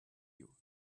you